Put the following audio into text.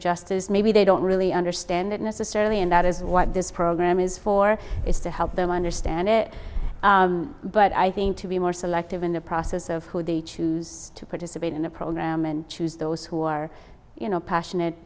as maybe they don't really understand it necessarily and that is what this program is for is to help them understand it but i think to be more selective in the process of who they choose to participate in a program and choose those who are you know passionate